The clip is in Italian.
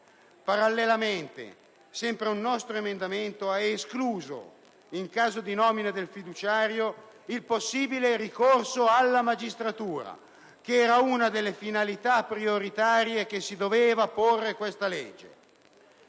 Parallelamente, sempre un nostro emendamento ha escluso, in caso di nomina del fiduciario, il possibile ricorso alla magistratura, che era una delle finalità prioritarie che doveva porsi questa legge.